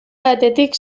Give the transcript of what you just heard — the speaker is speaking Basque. batetik